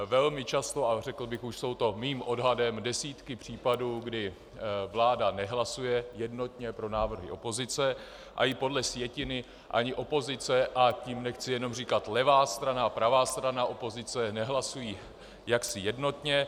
Velmi často, ale řekl bych, že už jsou to mým odhadem desítky případů, kdy vláda nehlasuje jednotně pro návrhy opozice a i podle sjetiny ani opozice, a tím nechci jenom říkat levá strana a pravá strana opozice, nehlasují jednotně.